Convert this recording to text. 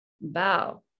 bow